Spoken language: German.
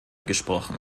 gesprochen